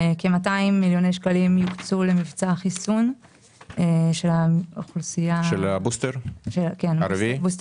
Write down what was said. כ-200 מיליון שקל יוקצו למבצע חיסון של הבוסטר הרביעי,